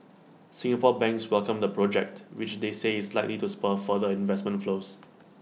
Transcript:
Singapore banks welcomed the project which they say is likely to spur further investment flows